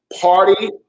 Party